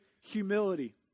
humility